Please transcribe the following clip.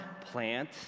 plant